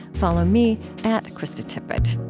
follow me at kristatippett